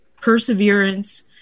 perseverance